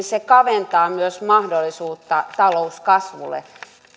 se kaventaa myös mahdollisuutta talouskasvulle